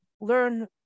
learn